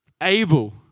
able